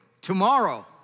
Tomorrow